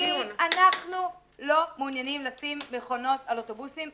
אנחנו לא מעוניינים לשים מכונות על אוטובוסים,